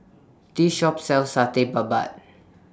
This Shop sells Satay Babat